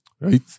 Right